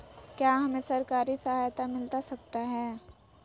क्या हमे सरकारी सहायता मिलता सकता है?